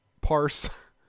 parse